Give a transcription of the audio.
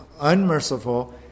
unmerciful